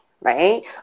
right